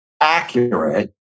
Accurate